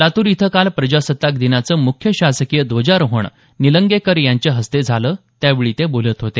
लातूर इथं काल प्रजासत्ताक दिनाचं मुख्य शासकीय ध्वजारोहण निलंगेकर यांच्या हस्ते झालं त्यावेळी ते बोलत होते